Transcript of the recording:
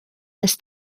ist